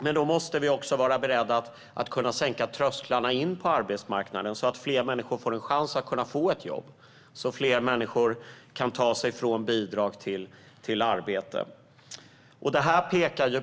Men då måste vi vara beredda att sänka trösklarna in till arbetsmarknaden, så att fler människor får en chans att få ett jobb och ta sig från bidrag till arbete.